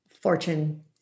Fortune